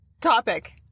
Topic